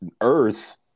Earth